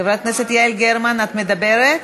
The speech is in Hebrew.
את מדברת?